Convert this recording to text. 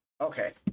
Okay